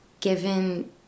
given